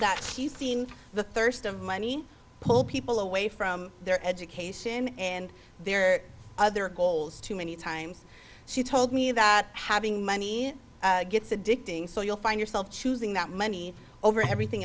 that she seen the thirst of money pull people away from their education and there are other goals too many times she told me that having money gets addicting so you'll find yourself choosing that money over everything